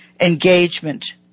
engagement